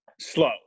slow